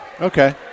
Okay